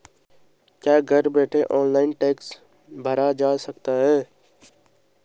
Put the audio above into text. क्या घर बैठे ऑनलाइन टैक्स भरा जा सकता है?